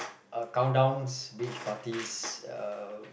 a countdowns beach parties uh